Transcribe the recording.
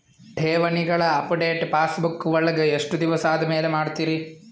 ಠೇವಣಿಗಳ update passbook ವಳಗ ಎಷ್ಟ ದಿವಸ ಆದಮೇಲೆ ಮಾಡ್ತಿರ್?